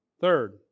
Third